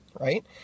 right